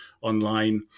online